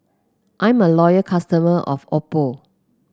I'm a loyal customer of Oppo